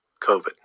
COVID